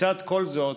לצד כל זאת